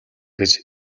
гэж